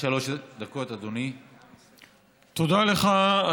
ודרישה ממשרד החוץ להגיב בחריפות על דבריו מוועדת